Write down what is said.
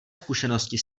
zkušenosti